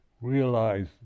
realize